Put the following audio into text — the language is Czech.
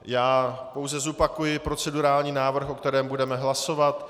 Já pouze zopakuji procedurální návrh, o kterém budeme hlasovat.